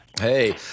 Hey